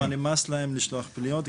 חוץ מזה שנמאס להם לשלוח פניות,